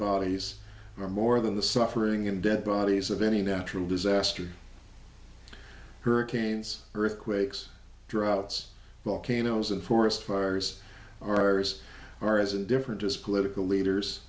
bodies are more than the suffering and dead bodies of any natural disaster hurricanes earthquakes droughts volcanoes and forest fires ours are as different as political leaders